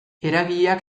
eragileak